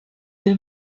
deux